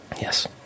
Yes